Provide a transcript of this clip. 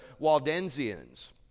Waldensians